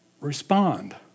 respond